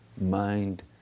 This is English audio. Mind